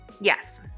Yes